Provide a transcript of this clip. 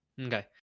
okay